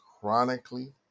chronically